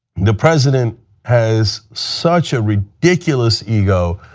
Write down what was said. the president has such a ridiculous ego,